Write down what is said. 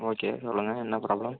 okay சொல்லுங்கள் என்ன problem